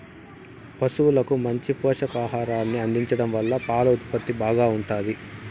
పసువులకు మంచి పోషకాహారాన్ని అందించడం వల్ల పాల ఉత్పత్తి బాగా ఉంటాది